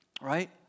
right